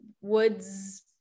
woods